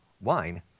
wine